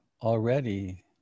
already